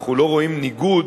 אנחנו לא רואים ניגוד